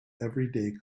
everyday